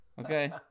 okay